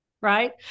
right